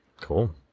Cool